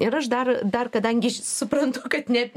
ir aš dar dar kadangi suprantu kad net